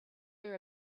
her